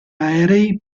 aerei